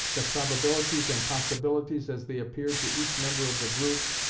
the probabilities and possibilities as they appeared to each member of the group,